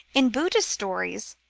in buddhist stories,